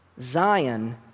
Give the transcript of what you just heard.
Zion